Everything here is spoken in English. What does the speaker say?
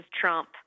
Trump